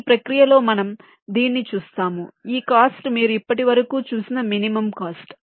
ఈ ప్రక్రియలో మనం దీన్ని చూస్తాము ఈ కాస్ట్ మీరు ఇప్పటివరకు చూసిన మినిమం కాస్ట్